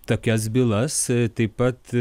tokias bylas taip pat